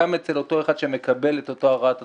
גם אצל אותו אחד שמקבל את אותה הוראת התשלום,